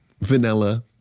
vanilla